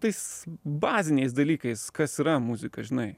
tais baziniais dalykais kas yra muzika žinai